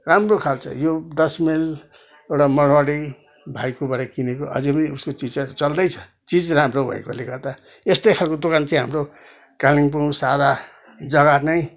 राम्रो खप्छ यो दस माइल एउटा मारवाडी भाइकोबाट किनेको अझै पनि उसको चिज चल्दैछ चिज राम्रो भएकोले गर्दा यस्तै खालको दोकान चाहिँ हाम्रो कालिम्पोङ सारा जग्गा नै